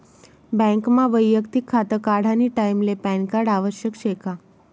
बँकमा वैयक्तिक खातं काढानी टाईमले पॅनकार्ड आवश्यक शे का?